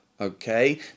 okay